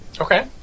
Okay